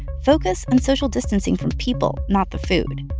focus on social distancing from people, not the food.